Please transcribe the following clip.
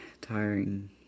Tiring